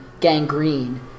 gangrene